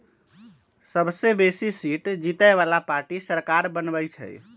सबसे बेशी सीट जीतय बला पार्टी सरकार बनबइ छइ